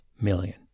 million